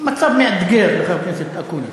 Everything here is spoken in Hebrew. מצב מאתגר, חבר הכנסת אקוניס.